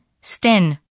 sten